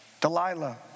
Delilah